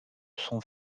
sont